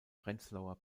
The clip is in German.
prenzlauer